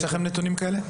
יש לכם נתונים כאלה?